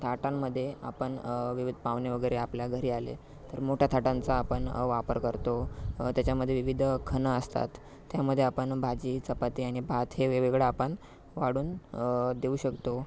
ताटांमध्ये आपण विविध पाहुणे वगैरे आपल्या घरी आले तर मोट्या ताटांचा आपण वापर करतो त्याच्यामध्ये विविध खण असतात त्यामध्ये आपण भाजी चपाती आणि भात हे वेगवेगळं आपण वाढून देऊ शकतो